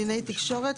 קלינאי תקשורת,